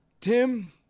Tim